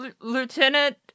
lieutenant